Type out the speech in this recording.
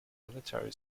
military